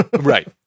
right